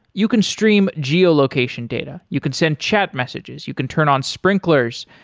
you can stream geo-location data. you can send chat messages, you can turn on sprinklers,